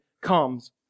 comes